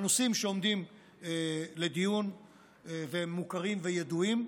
הנושאים שעומדים לדיון ומוכרים וידועים,